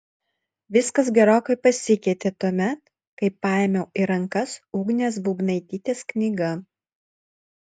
viskas gerokai pasikeitė tuomet kai paėmiau į rankas ugnės būbnaitytės knygą